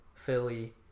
Philly